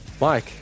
Mike